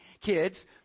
kids